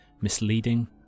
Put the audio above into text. misleading